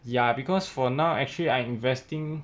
ya because for now actually I'm investing